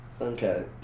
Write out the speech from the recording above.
Okay